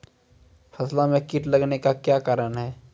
फसलो मे कीट लगने का क्या कारण है?